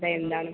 അതെ എന്താണ്